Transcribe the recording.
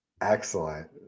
Excellent